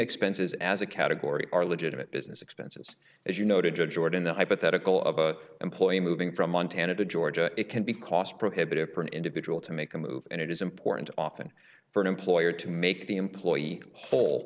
expenses as a category are legitimate business expenses as you noted to jordan the hypothetical of employ moving from montana to georgia it can be cost prohibitive for an individual to make a move and it is important often for an employer to make the employee